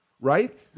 right